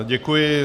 Děkuji.